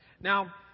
Now